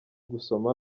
gusoma